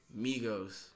Migos